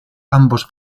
ambos